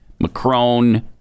Macron